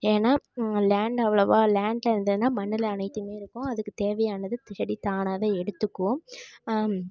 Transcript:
ஏன்னால் லேண்ட் அவ்வளோவா லேண்டில் இருந்ததுனா மண்ணில் அனைத்துமே இருக்கும் அதுக்குத் தேவையானது செடி தானாகவே எடுத்துக்கும்